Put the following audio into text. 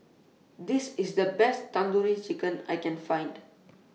This IS The Best Tandoori Chicken I Can Find